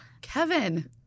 Kevin